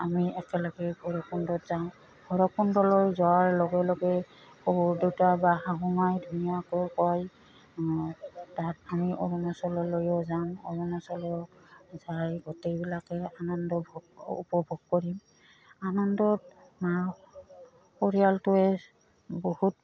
আমি একেলগে ভৈৰৱকুণ্ডত যাওঁ ভৈৰৱকুণ্ডলৈ যোৱাৰ লগে লগে শহুৰদেউতা বা শাহুমাই ধুনীয়াকৈ কয় তাত আমি অৰুণাচললৈয়ো যাওঁ অৰুণাচল যাই গোটেইবিলাকে আনন্দ উপভোগ কৰিম আনন্দত মা পৰিয়ালটোৱে বহুত